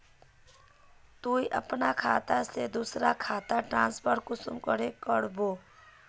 तुई अपना खाता से दूसरा खातात ट्रांसफर कुंसम करे करबो?